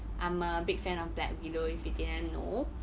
I'm a big fan of black widow if you didn't know